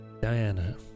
Diana